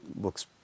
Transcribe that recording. looks